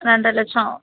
ரெண்டு லட்சம்